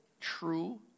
true